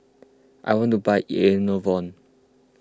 I want to buy Enervon